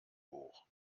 hoch